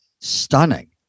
stunning